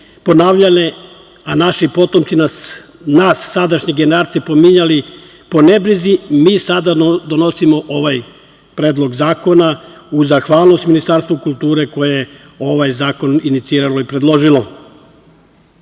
ponavljale, a naši potomci nas, nas sadašnje generacije pominjali po nebrizi, mi sada donosimo ovaj predlog zakona uz zahvalnost Ministarstvu kulture koje je ovaj zakon iniciralo i predložilo. Njime